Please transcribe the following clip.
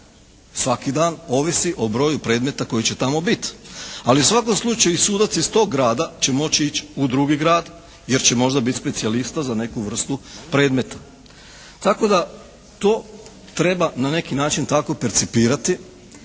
svaki dan, ovisi o broju predmeta koji će tamo biti. Ali u svakom slučaju i sudac iz tog grada će moći ići u drugi grad jer će možda biti specijalista za neku vrstu predmeta. Tako da to treba na neki način tako percipirati,